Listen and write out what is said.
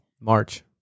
March